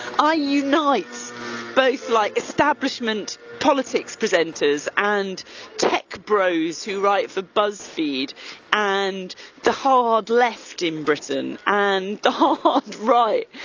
i unite both like establishment politics presenters and tech bros who write for buzzfeed and the hard left in britain and the hard right.